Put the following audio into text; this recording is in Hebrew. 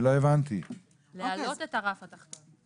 להעלות את הרף התחתון.